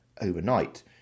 overnight